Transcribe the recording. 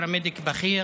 פרמדיק בכיר